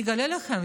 אני אגלה לכם,